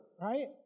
right